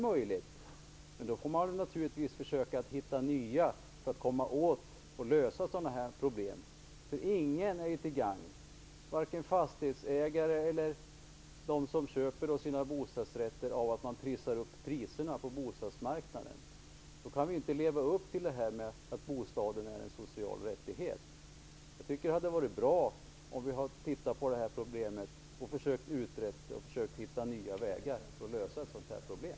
Men då får man naturligtvis försöka hitta nya för att komma åt och lösa sådana här problem. Det är inte till gagn för någon - fastighetsägarna eller de som köper bostadsrätter - att man trissar upp priserna på bostadsmarknaden. Vi kan då inte leva upp till att bostaden är en social rättighet. Det hade varit bra om vi hade sett över det här problemet, försökt utreda det och försökt hitta nya vägar för att lösa det.